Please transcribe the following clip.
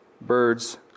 birds